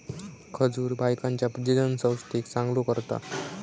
खजूर बायकांच्या प्रजननसंस्थेक चांगलो करता